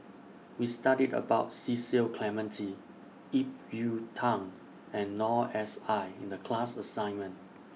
We studied about Cecil Clementi Ip Yiu Tung and Noor S I in The class assignment